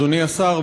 אדוני השר,